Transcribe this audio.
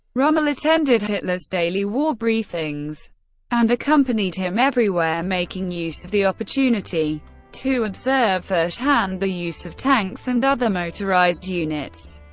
rommel attended hitler's daily war briefings and accompanied him everywhere, making use of the opportunity to observe first-hand the use of tanks and other motorized units.